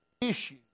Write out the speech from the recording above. Issue